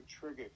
trigger